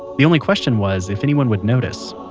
the only question was if anyone would notice.